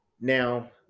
Now